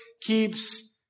keeps